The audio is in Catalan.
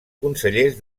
consellers